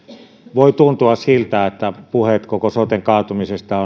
voi tuntua siltä että puheet koko soten kaatumisesta